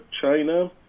China